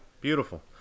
beautiful